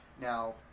Now